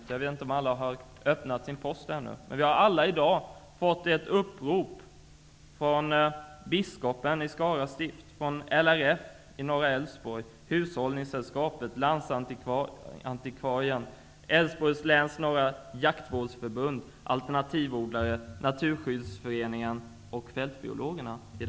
Jag vet inte om alla har öppnat sin post ännu, men vi har alla i dag, såsom riksdagens ledamöter, fått ett upprop från biskopen i Skara stift, LRF i norra Västsvenska.